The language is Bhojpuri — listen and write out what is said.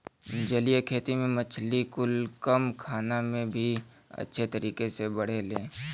जलीय खेती में मछली कुल कम खाना में भी अच्छे तरीके से बढ़ेले